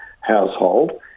household